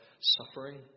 suffering